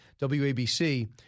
WABC